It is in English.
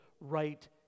right